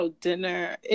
dinner